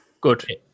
Good